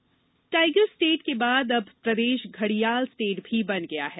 घडियाल tiger state के बाद अब प्रदेश घडियाल स्टेट भी बन गया है